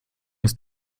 ist